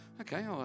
Okay